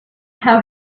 how